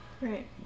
Right